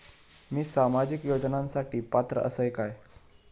मी सामाजिक योजनांसाठी पात्र असय काय?